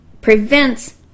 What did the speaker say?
prevents